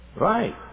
Right